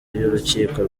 y’urukiko